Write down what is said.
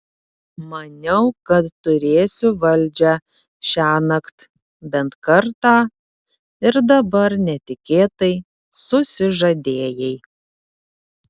maniau kad turėsiu valdžią šiąnakt bent kartą ir dabar netikėtai susižadėjai